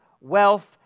wealth